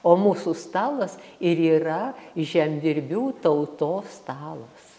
o mūsų stalas ir yra žemdirbių tautos stalas